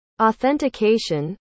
Authentication